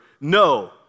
No